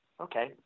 Okay